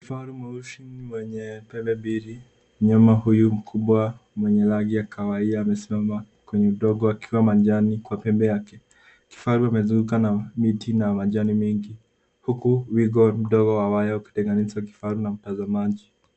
Kifaru mweusi mwenye pembe mbili. Mnyama huyu mkubwa mwenye rangi ya kahawia amesimama kwenye udongo akiwa na majani kwa pembe yake. Kifaru amezungukwa na miti na majani mengi huku wigo mdogo wa waya ukitenganisha kifaru na mtazamaji.